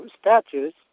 statues